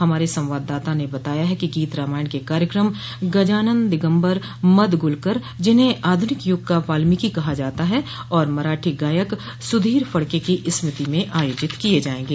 हमारे संवाददाता ने बताया है कि गीत रामायण के कार्यक्रम गजानन दिगम्बर मद गुलकर जिन्हें आधनिक युग का वाल्मीकि कहा जाता है और मराठी गायक सुधीर फड़के की स्मृति में आयोजित किये जायेंगे